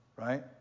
right